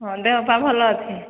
ହଁ ଦେହପା ଭଲ ଅଛି